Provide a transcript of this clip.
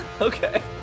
Okay